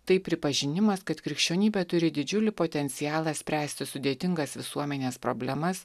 tai pripažinimas kad krikščionybė turi didžiulį potencialą spręsti sudėtingas visuomenės problemas